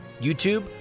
YouTube